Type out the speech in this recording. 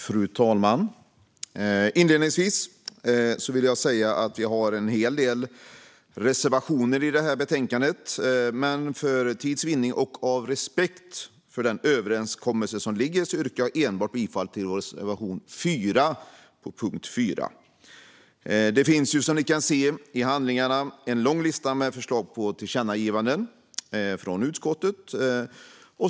Fru talman! Inledningsvis vill jag säga att vi har en hel del reservationer i detta betänkande. För tids vinning och av respekt för den överenskommelse som ligger yrkar jag dock bifall enbart till vår reservation 4 under punkt 4. Som ni kan se i handlingarna finns det en lång lista med förslag på tillkännagivanden från utskottet.